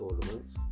tournaments